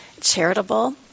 charitable